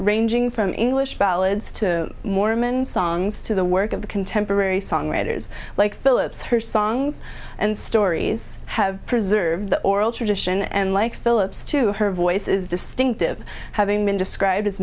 ranging from english ballads to mormon songs to the work of the contemporary songwriters like phillips her songs and stories have preserved the oral tradition and like phillips to her voice is distinctive having been described as